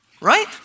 right